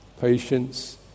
patience